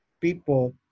people